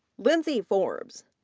lindsey forbes,